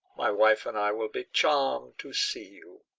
my wife and i will be charmed to see you!